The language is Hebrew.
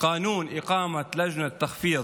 ורובן נזקקות לסיוע.